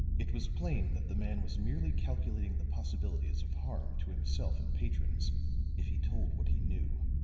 it was plain that the man was merely calculating the possibilities of harm to himself and patrons if he told what he knew.